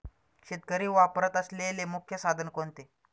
शेतकरी वापरत असलेले मुख्य साधन कोणते?